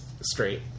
straight